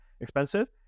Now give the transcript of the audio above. expensive